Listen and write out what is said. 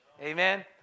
Amen